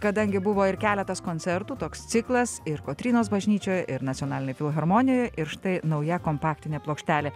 kadangi buvo ir keletas koncertų toks ciklas ir kotrynos bažnyčioj ir nacionalinėj filharmonijoj ir štai nauja kompaktinė plokštelė